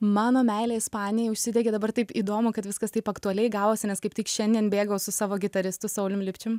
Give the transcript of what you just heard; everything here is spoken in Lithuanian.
mano meilė ispanijai užsidegė dabar taip įdomu kad viskas taip aktualiai gavosi nes kaip tik šiandien bėgau su savo gitaristu saulium lipčium